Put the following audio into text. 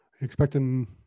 Expecting